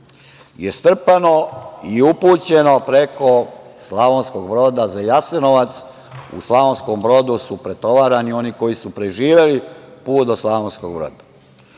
je strpano i upućeno preko Slavonskog Broda za Jasenovac. U Slavonskom Brodu su pretovarani oni koji su preživeli put do Slavonskog Broda.